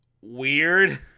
Weird